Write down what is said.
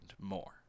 more